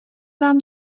vám